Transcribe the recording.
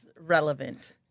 relevant